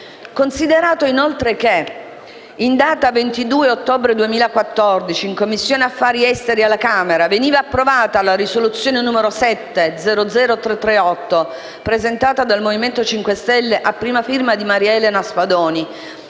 consideri inoltre che, in data 22 ottobre 2014, in Commissione affari esteri alla Camera veniva approvata la risoluzione 7-00338, presentata dal Movimento 5 Stelle, a prima firma Maria Edera Spadoni,